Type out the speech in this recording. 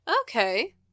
okay